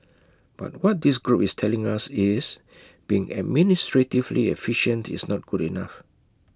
but what this group is telling us is being administratively efficient is not good enough